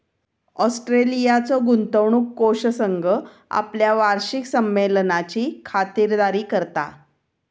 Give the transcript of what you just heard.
ऑस्ट्रेलियाचो गुंतवणूक कोष संघ आपल्या वार्षिक संमेलनाची खातिरदारी करता